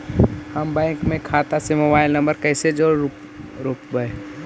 हम बैंक में खाता से मोबाईल नंबर कैसे जोड़ रोपबै?